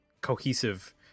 cohesive